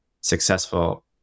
successful